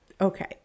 Okay